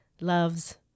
loves